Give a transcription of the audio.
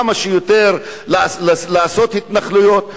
כמה שיותר לעשות התנחלויות,